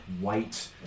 white